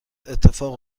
اتفاق